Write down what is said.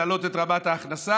להעלות את רמת ההכנסה,